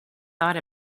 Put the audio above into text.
thought